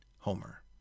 Homer